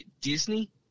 Disney